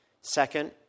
Second